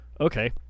okay